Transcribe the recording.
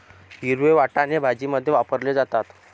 हिरवे वाटाणे भाजीमध्ये वापरले जातात